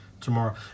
tomorrow